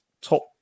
top